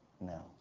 No